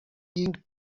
being